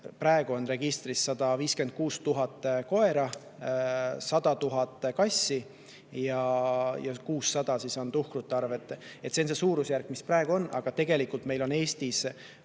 Praegu on registris 156 000 koera, 100 000 kassi ja 600 on tuhkrute arv. Need on suurusjärgud, mis praegu on. Aga tegelikult on Eestis